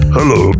Hello